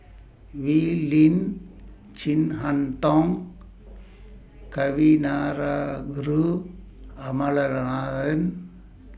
Wee Lin Chin Harn Tong Kavignareru Amallathasan